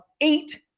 eight